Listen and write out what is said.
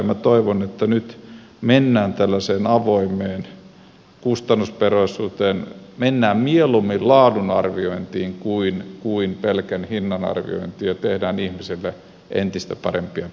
minä toivon että nyt mennään tällaiseen avoimeen kustannusperusteisuuteen mennään mieluummin laadun arviointiin kuin pelkän hinnan arviointiin ja tehdään ihmisille entistä parempia palveluja